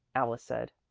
alice said.